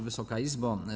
Wysoka Izbo!